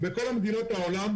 בכל מדינות העולם,